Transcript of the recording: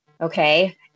Okay